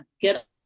get